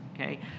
okay